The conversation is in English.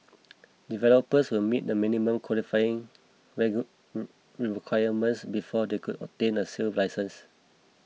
developers will have to meet minimum qualifying requirements before they can obtain the sale licence